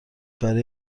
برای